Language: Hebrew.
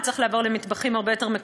צריך לעבור להרבה יותר מטבחים מקומיים.